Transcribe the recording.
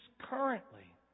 currently